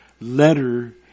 letter